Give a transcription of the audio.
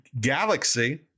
galaxy